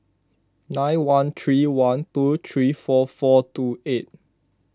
nine one three one two three four four two eight